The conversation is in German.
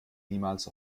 niemals